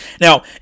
Now